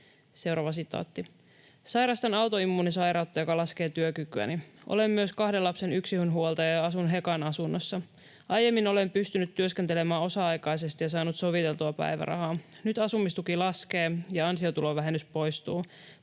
vielä enemmän.” ”Sairastan autoimmuunisairautta, joka laskee työkykyäni. Olen myös kahden lapsen yksinhuoltaja ja asun Hekan asunnossa. Aiemmin olen pystynyt työskentelemään osa-aikaisesti ja saanut soviteltua päivärahaa. Nyt asumistuki laskee ja ansiotulovähennys poistuu.